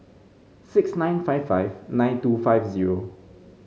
six nine five five nine two five zero